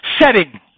setting